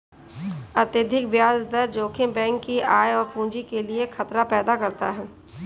अत्यधिक ब्याज दर जोखिम बैंक की आय और पूंजी के लिए खतरा पैदा करता है